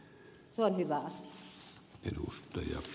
se on hyvä asia